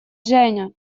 женя